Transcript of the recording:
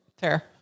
Fair